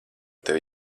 tevi